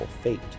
fate